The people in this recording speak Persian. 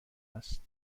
است